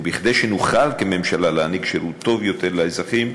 כדי שנוכל כממשלה להעניק שירות טוב יותר לאזרחים,